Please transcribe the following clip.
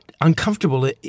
uncomfortable